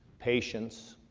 patience.